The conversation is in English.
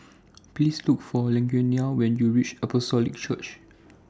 Please Look For Lugenia when YOU REACH Apostolic Church